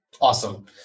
awesome